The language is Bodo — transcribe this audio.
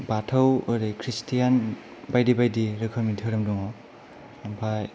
बाथौ ओरै ख्रिस्टियान बायदि बायदि रोखोमनि धोरोम दङ' आमफ्राय